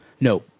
No